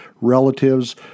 relatives